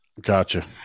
Gotcha